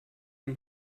dem